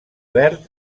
verd